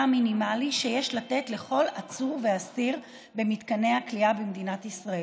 מינימלי שיש לתת לכל עצור ואסיר במתקני הכליאה במדינת ישראל.